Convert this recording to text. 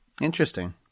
Interesting